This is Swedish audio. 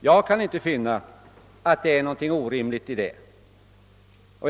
Jag kan inte finna att det ligger någonting orimligt i detta.